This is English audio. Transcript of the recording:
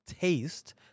taste